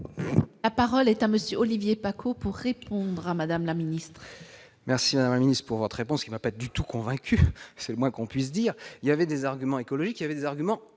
à parole est à monsieur Olivier Paccaud pour répondre à Madame la Ministre. Merci à un minutes pour votre réponse, qui n'a pas du tout convaincu, c'est le moins qu'on puisse dire, il y avait des arguments écologiques, il avait des arguments